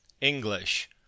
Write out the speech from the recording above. English